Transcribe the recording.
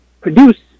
produce